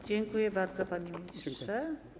Dziękuję bardzo, panie ministrze.